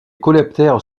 coléoptères